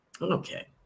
Okay